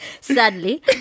sadly